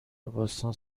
باستان